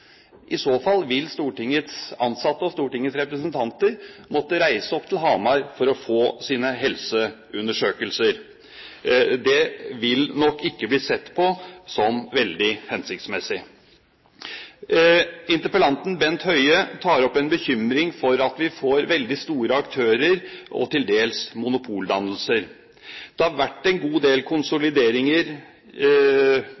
I så fall vil Stortingets ansatte og Stortingets representanter måtte reise opp til Hamar for å få sine helseundersøkelser. Det vil nok ikke bli sett på som veldig hensiktsmessig. Interpellanten Bent Høie tar opp en bekymring for at vi får veldig store aktører og til dels monopoldannelser. Det har vært en god del